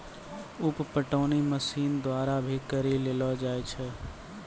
उप पटौनी मशीन द्वारा भी करी लेलो जाय छै